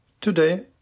Today